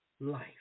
life